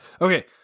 Okay